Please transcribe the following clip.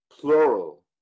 plural